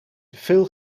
veel